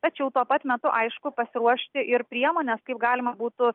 tačiau tuo pat metu aišku pasiruošti ir priemones kaip galima būtų